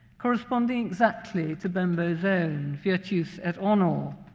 corresponding exactly to bembo's own virtus et honor.